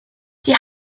die